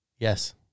Yes